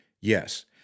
Yes